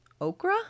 okra